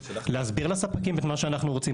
להסביר לספקים את מה שאנחנו רוצים,